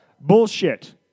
Bullshit